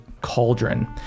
cauldron